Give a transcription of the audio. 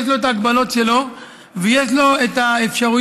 יש לו את ההגבלות שלו ויש לו את האפשרויות,